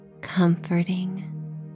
comforting